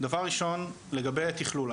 דבר ראשון לגבי תכלול,